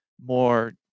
more